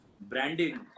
branding